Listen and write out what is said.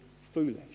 foolish